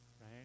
right